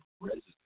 residents